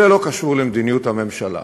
זה לא קשור למדיניות הממשלה.